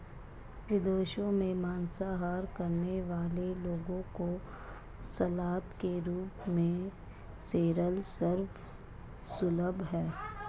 विदेशों में मांसाहार करने वाले लोगों को सलाद के रूप में सोरल सर्व सुलभ है